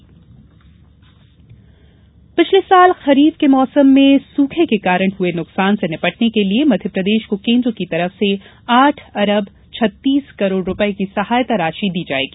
केन्द्रीय सहायता पिछले साल खरीब के मौसम में सुखे के कारण हुए नुकसान से निपटने के लिये मध्यप्रदेश को केन्द्र की तरफ से आठ अरब छत्तीस करोड रूपये की सहायता राशि दी जायेगी